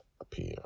appear